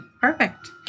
Perfect